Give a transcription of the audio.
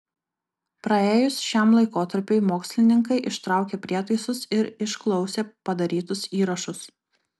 praėjus šiam laikotarpiui mokslininkai ištraukė prietaisus ir išklausė padarytus įrašus